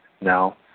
now